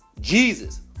Jesus